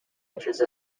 entrance